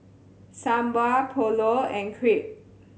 Sambar Pulao and Crepe